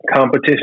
competition